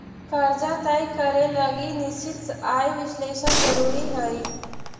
कर्जा तय करे लगी निश्चित आय विश्लेषण जरुरी हई